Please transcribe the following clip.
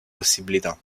possibilità